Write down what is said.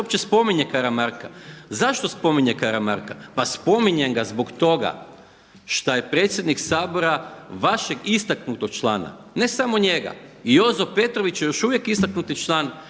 uopće spominje Karamarka? Zašto spominje Karamarka? Pa spominjem ga zbog toga što ja predsjednik Sabora vašeg istaknutog člana, ne samo njega i Jozo Petrović je još uvijek istaknuti član